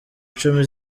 icumi